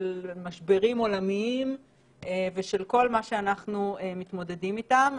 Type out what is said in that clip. משברים עולמיים ושל כל מה שאנחנו מתמודדים איתם.